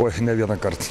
oj ne vieną kart